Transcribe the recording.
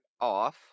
off